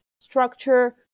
structure